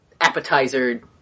appetizer